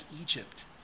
Egypt